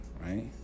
right